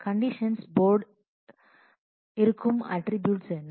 conditions port இருக்கும் attributes என்ன